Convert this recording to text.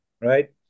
right